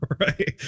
Right